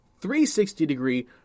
360-degree